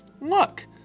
Look